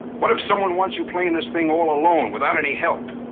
what if someone wants you playing this thing all alone, without any help?